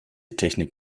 technik